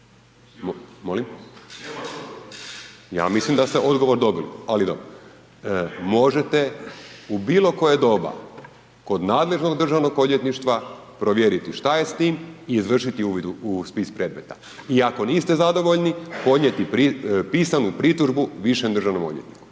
Ja mislim da ste odgovor dobili ali dobro. Možete u bilokoje doba kod nadležnog Državnog odvjetništva provjeriti šta je s tim i izvršiti uvid u spis predmet i ako niste zadovoljni, podnijeti pisanu pritužbu višem državnom odvjetniku.